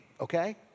okay